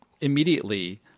immediately